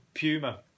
puma